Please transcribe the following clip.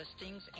listings